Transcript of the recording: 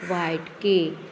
white cake